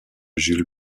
jules